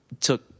took